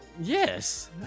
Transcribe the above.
yes